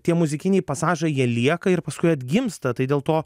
tie muzikiniai pasažai jie lieka ir paskui atgimsta tai dėl to